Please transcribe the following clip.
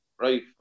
right